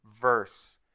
verse